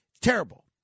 Terrible